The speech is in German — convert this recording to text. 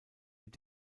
mit